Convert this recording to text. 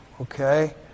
okay